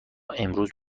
امروز